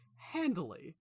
handily